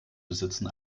besitzen